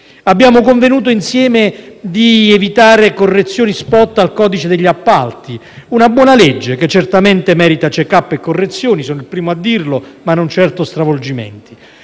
Abbiamo convenuto insieme di evitare correzioni *spot* al codice degli appalti, una buona legge che certamente merita *check-up* e correzioni - sono il primo a dirlo - ma non certo stravolgimenti.